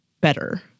better